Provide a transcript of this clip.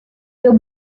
your